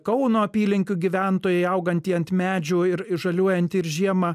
kauno apylinkių gyventojai augantį ant medžių ir žaliuojantį ir žiemą